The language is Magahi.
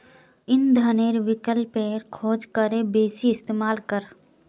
इंधनेर विकल्पेर खोज करे बेसी इस्तेमाल कर